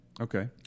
Okay